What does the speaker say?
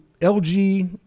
LG